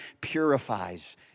purifies